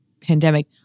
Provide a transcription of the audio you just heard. pandemic